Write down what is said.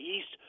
East